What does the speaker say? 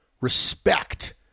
respect